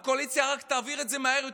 הקואליציה רק תעביר את זה מהר יותר,